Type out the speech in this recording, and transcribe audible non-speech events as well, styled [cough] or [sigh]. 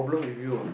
[breath]